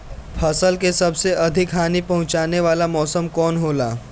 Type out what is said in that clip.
फसल के सबसे अधिक हानि पहुंचाने वाला मौसम कौन हो ला?